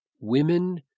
women